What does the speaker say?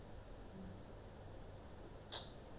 I don't know